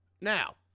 now